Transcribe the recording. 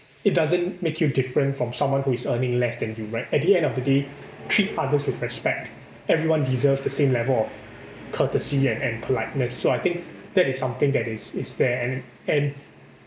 it doesn't make you different from someone who is earning less than you right at the end of the day treat others with respect everyone deserves the same level of courtesy and and politeness so I think that is something that is is there and and